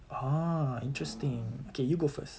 ah interesting okay you go first